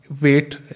weight